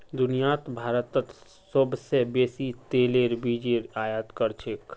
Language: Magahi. दुनियात भारतत सोबसे बेसी तेलेर बीजेर आयत कर छेक